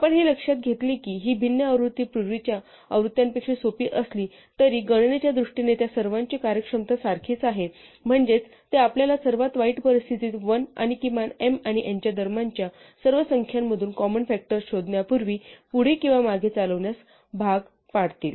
आपण हे लक्षात घेतले की ही भिन्न आवृत्ती पूर्वीच्या आवृत्त्यांपेक्षा सोपी असली तरी गणनेच्या दृष्टीने त्या सर्वांची कार्यक्षमता सारखीच आहे म्हणजे ते आपल्याला सर्वात वाईट परिस्थितीत 1 आणि किमान m आणि n च्या दरम्यानच्या सर्व संख्यांमधून कॉमन फ़ॅक्टर शोधण्यापूर्वी पुढे किंवा मागे चालवण्यास भाग पाडतील